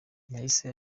yahise